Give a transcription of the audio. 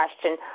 question